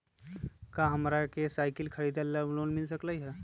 का हमरा के साईकिल खरीदे ला लोन मिल सकलई ह?